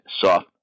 soft